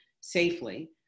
safely